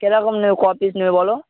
কিরকম নেবে ক পিস নেবে বলো